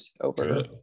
over